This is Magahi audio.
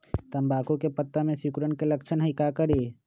तम्बाकू के पत्ता में सिकुड़न के लक्षण हई का करी?